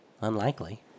Unlikely